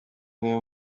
niwe